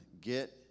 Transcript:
get